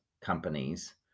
companies